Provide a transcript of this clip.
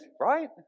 right